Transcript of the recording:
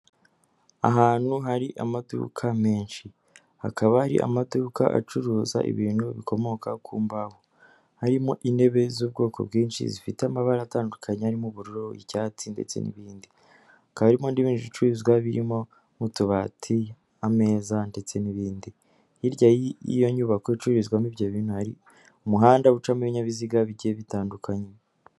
Ahantu hari amaduka menshi, hakaba hari amaduka acuruza ibintu bikomoka ku mbahoho, harimo intebe z'ubwoko bwinshi zifite amabara atandukanye arimo, ubururu, icyatsi ndetse n'ibindi, hakaba harimo n'ibindi bicuruzwa, birimo nk'utubati, ameza ndetse n'ibindi, hirya y'iyo nyubako icururizwamo ibyo bintu hari umuhanda ucamo ibinyabiziga bigiye bitandukanye.